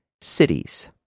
cities